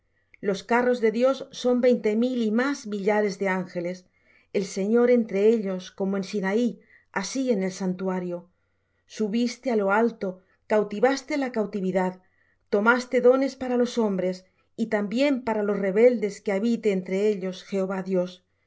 los carros de dios son veinte mil y más millares de ángeles el señor entre ellos como en sinaí así en el santuario subiste á lo alto cautivaste la cautividad tomaste dones para los hombres y también para los rebeldes para que habite entre ellos jah dios